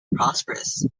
prosperous